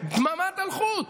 דממת אלחוט.